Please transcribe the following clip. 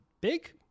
big